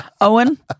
Owen